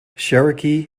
cherokee